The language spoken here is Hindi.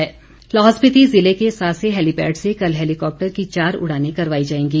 उडान लाहौल स्पिति ज़िले के सासे हैलीपैड से कल हैलीकॉप्टर की चार उड़ानें करवाई जाएंगी